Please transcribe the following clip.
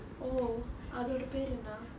oh அதோட பெயர் என்ன:athoda peyar enna